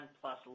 plus